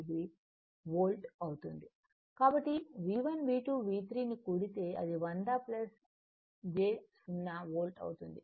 6o volt అవుతుంది కాబట్టి V1 V2 V3 ను కూడితే అది 100 j 0 వోల్ట్ అవుతుంది